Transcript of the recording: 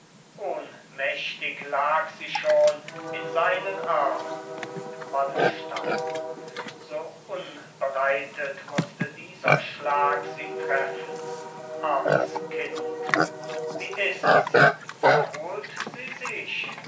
ohnmächtig lag sie schon in seinen armen wallenstein so unbereitet mußte dieser schlag sie treffen armes kind wie ists erholt sie sich